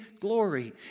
glory